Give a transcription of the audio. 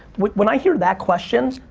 when when i hear that question,